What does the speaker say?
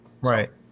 right